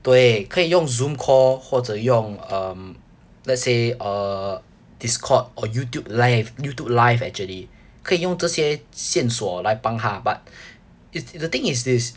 对可以用 zoom call 或者用 um let's say uh discord or YouTube live YouTube live actually 可以用这些线索来帮她 but is the thing is this